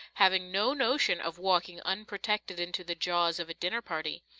having no notion of walking unprotected into the jaws of a dinner-party.